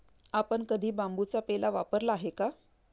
आपण कधी बांबूचा पेला वापरला आहे का?